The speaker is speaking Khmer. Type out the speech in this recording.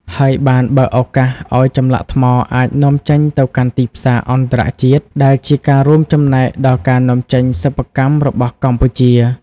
ហើយបានបើកឱកាសឲ្យចម្លាក់ថ្មអាចនាំចេញទៅកាន់ទីផ្សារអន្តរជាតិ ដែលជាការរួមចំណែកដល់ការនាំចេញសិប្បកម្មរបស់កម្ពុជា។